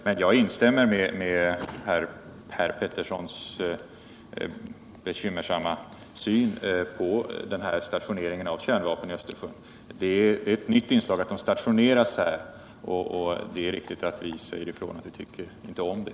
Men jag delar med herr Per Peterssons bekymmersamma syn på stationeringen av kärnvapen i Östersjön. Det är ett nytt inslag att de stationeras här, och det är riktigt att vi säger ifrån att vi inte tycker om det.